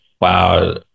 wow